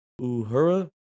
Uhura